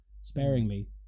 sparingly